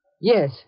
Yes